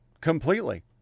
completely